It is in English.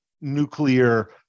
nuclear